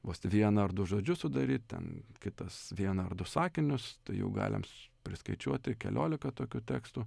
vos vieną ar du žodžius sudaryt ten kitas vieną ar du sakinius jų galim s priskaičiuoti keliolika tokių tekstų